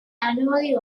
annually